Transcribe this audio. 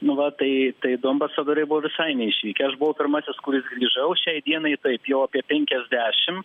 nu va tai tai du ambasadoriai buvo visai neišvykę aš buvau pirmasis kuris grįžau šiai dienai taip jau apie pendiasdešimt